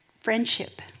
friendship